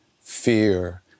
fear